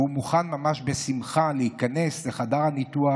והוא מוכן ממש בשמחה להיכנס לחדר הניתוח